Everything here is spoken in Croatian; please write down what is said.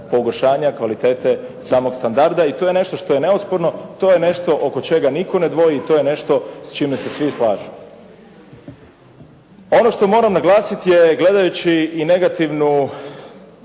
pogoršanja kvalitete samog standarda i to je nešto što je neosporno, to je nešto oko čega nitko ne dvoji i to je nešto s čime se svi slažu. Ono što moram naglasiti je gledajući i negativnu